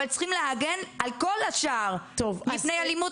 אבל צריכים להגן על כל השאר מפני אלימות